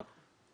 נכון.